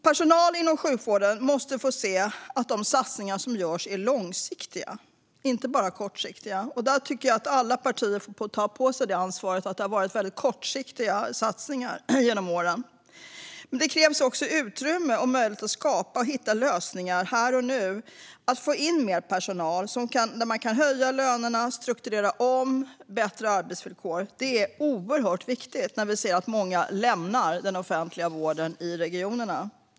Personal inom sjukvården måste få se att de satsningar som görs är långsiktiga, inte bara kortsiktiga. Jag tycker att alla partier får ta på sig ansvaret för att det har varit väldigt kortsiktiga satsningar genom åren. Det krävs också att utrymme och möjlighet skapas för att hitta lösningar här och nu i syfte att få in mer personal, till exempel att höja lönerna och strukturera om för att förbättra arbetsvillkoren. Det är oerhört viktigt när vi ser att många lämnar den offentliga vården i regionerna.